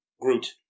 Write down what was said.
Groot